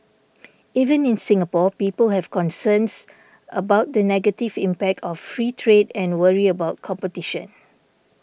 even in Singapore people have concerns about the negative impact of free trade and worry about competition